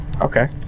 Okay